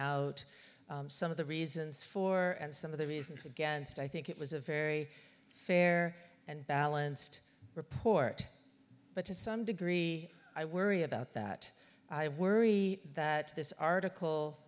out some of the reasons for and some of the reasons against i think it was a very fair and balanced report but to some degree i worry about that i worry that this article